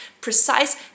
precise